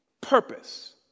purpose